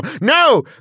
No